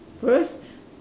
first